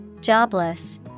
Jobless